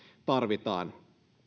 tarvitaan